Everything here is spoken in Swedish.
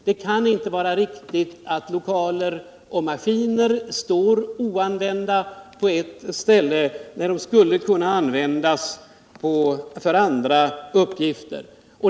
Det kan inte vara riktigt att lokaler och maskiner står oanvända på ett ställe när de skulle kunna användas för andra uppgifter.